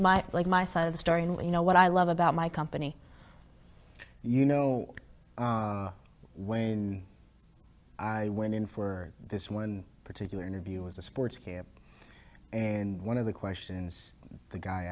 i like my side of the story and you know what i love about my company you know when i went in for this one particular interview was a sports camp and one of the questions the guy